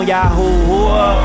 Yahoo